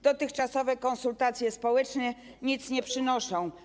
Dotychczasowe konsultacje społeczne nic nie przynoszą.